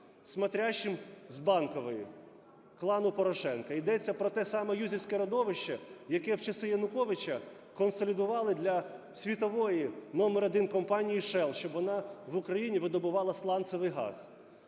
"смотрящим" з Банкової, клану Порошенка. Йдеться про те саме Юзівське родовище, яке в часи Януковича консолідували для світової № 1 компанії Shell, щоб вона в Україні видобувала сланцевий газ.